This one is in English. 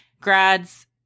grad's